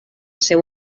seu